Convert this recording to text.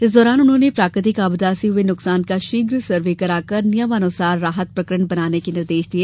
इस दौरान उन्होंने प्राकृतिक आपदा से हुए नुकसान का शीघ्र सर्वे कर नियमानुसार राहत प्रकरण बनाने के निर्देश दिए